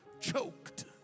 choked